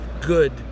good